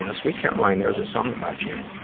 and sweet caroline, there's a song about you.